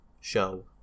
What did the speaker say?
show